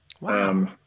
Wow